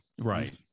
right